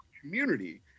community